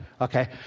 Okay